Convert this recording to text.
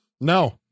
No